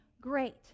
Great